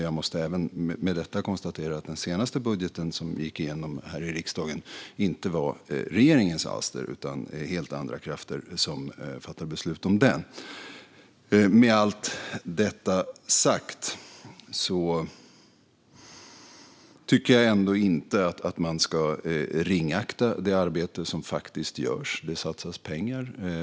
Jag måste med detta även konstatera att den senaste budgeten som gick igenom här i riksdagen inte var regeringens alster, utan det var helt andra krafter som fattade beslut om den. Med allt detta sagt tycker jag ändå inte att man ska ringakta det arbete som faktiskt görs. Det satsas pengar.